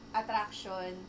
attraction